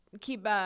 keep